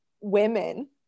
women